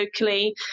locally